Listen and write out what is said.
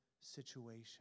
situation